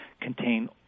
contain